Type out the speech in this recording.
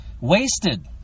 wasted